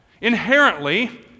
Inherently